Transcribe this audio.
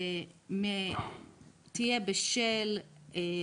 תהיה בשל אי מסוגלות.